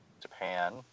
Japan